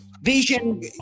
vision